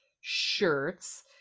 shirts